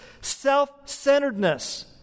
self-centeredness